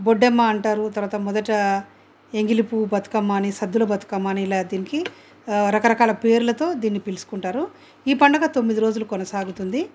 బొడ్డమ్మ అంటారు తర్వాత మొదట ఎంగిలిపూవు బతుకమ్మ అని సద్దుల బతుకమ్మ అని ఇలా దీనికి రకరకాల పేర్లతో దీన్ని పిలుచుకుంటారు ఈ పండుగ తొమ్మిది రోజులు కొనసాగుతుంది